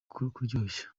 kuryoshya